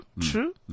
true